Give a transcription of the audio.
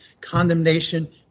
condemnation